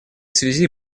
связи